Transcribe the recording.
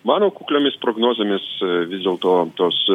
mano kukliomis prognozėmis vis dėlto tos